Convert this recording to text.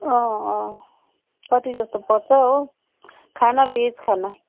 अँ अँ कति जस्तो पर्छ हो खाना भेज खाना